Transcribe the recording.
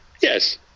yes